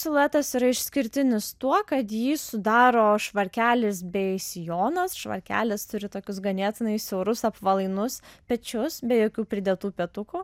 siluetas yra išskirtinis tuo kad jį sudaro švarkelis bei sijonas švarkelis turi tokius ganėtinai siaurus apvalainus pečius be jokių pridėtų petukų